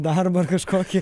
darbą kažkokį